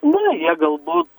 na jie galbūt